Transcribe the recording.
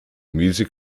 music